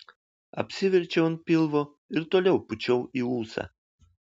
apsiverčiau ant pilvo ir toliau pūčiau į ūsą